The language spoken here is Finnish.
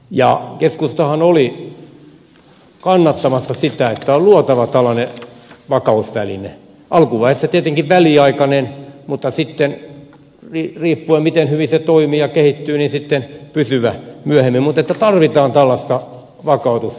keskustahan oli kannattamassa sitä että on luotava tällainen vakausväline alkuvaiheessa tietenkin väliaikainen mutta riippuen miten hyvin se toimii ja kehittyy niin sitten pysyvä myöhemmin mutta että tarvitaan tällaista vakautusvälinettä